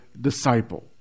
disciple